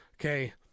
Okay